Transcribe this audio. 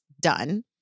done